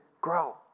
grow